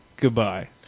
goodbye